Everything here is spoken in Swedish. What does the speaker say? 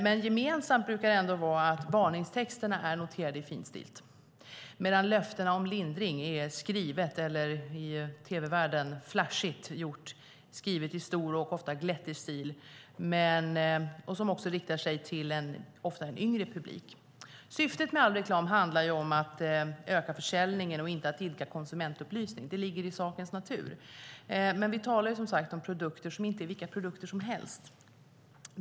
Men gemensamt brukar ändå vara att varningstexterna är noterade i finstilt medan löftena om lindring är skrivna i stor och ofta glättig stil, och i tv-världen flashigt gjort. Den riktar sig också ofta till en yngre publik. Syftet med all reklam handlar om att öka försäljningen och inte att idka konsumentupplysning. Det ligger i sakens natur. Men vi talar om produkter som inte är vilka produkter som helst.